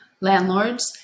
landlords